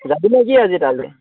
যাবি নেকি আজি তালৈ